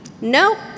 No